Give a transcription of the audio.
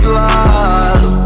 love